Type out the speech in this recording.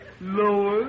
Lower